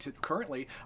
Currently